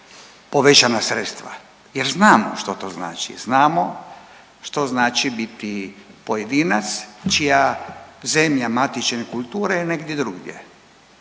povećana sredstva jer znamo što to znači. Znamo što znači biti pojedinac čija zemlja matične kulture je negdje drugdje.